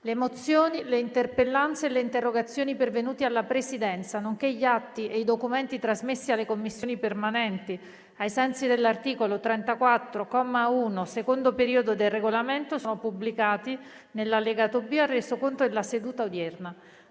Le mozioni, le interpellanze e le interrogazioni pervenute alla Presidenza, nonché gli atti e i documenti trasmessi alle Commissioni permanenti ai sensi dell'articolo 34, comma 1, secondo periodo, del Regolamento sono pubblicati nell'allegato B al Resoconto della seduta odierna.